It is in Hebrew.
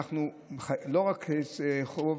זה לא רק חוב,